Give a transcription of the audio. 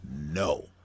no